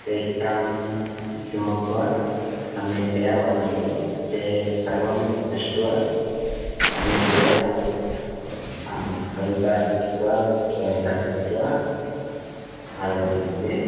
तेषां किमपि वा सम्यक्तया वदन्तु ते सर्वं दृष्ट्वा सम्यक्तया अलङ्कारं कृत्वा व्यवस्थां कृत्वा आगच्छन्ति ते